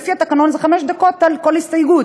לפי התקנון זה חמש דקות על כל הסתייגות.